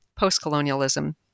Postcolonialism